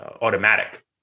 automatic